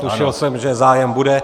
Tušil jsem, že zájem bude.